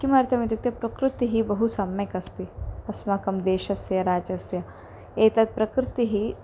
किमर्थमित्युक्ते प्रकृतिः बहु सम्यक् अस्ति अस्माकं देशस्य राज्यस्य एतत् प्रकृतिः